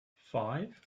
five